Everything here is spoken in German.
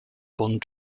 bon